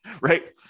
Right